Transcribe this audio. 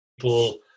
people